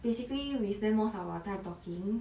basically we spend most of our time talking